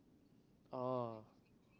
ah